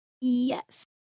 yes